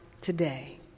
today